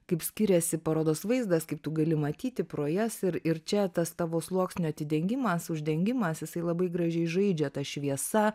kaip skiriasi parodos vaizdas kaip tu gali matyti pro jas ir ir čia tas tavo sluoksnio atidengimas uždengimas jisai labai gražiai žaidžia ta šviesa